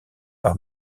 par